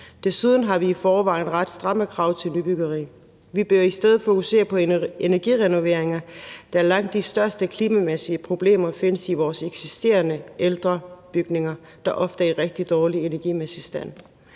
Desuden har vi i forvejen ret stramme krav til nybyggeri. Vi bør i stedet fokusere på energirenoveringer, da langt de største klimamæssige problemer findes i vores eksisterende, ældre bygninger, der ofte er i rigtig dårlig energimæssig stand.